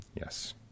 yes